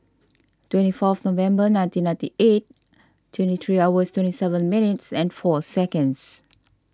twenty fourth November nineteen ninety eight twenty three hours twenty seven minutes and four seconds